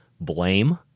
blame